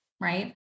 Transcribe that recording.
right